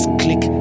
click